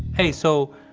hey, so,